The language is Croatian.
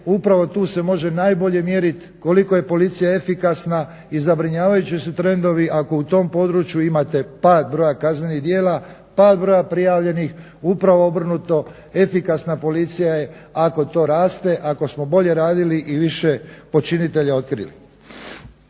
upravo tu se može najbolje mjeriti koliko je policija efikasna i zabrinjavajući su trendovi ako u tom području imate pad broja kaznenih djela, pad broja prijavljenih. Upravo obrnuto, efikasna policija je ako to raste, ako smo bolje radili i više počinitelja otkrili.